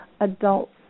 adults